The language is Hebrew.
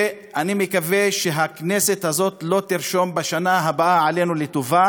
אני מקווה שהכנסת הזאת לא תירשם בשנה הבאה עלינו לטובה